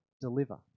deliver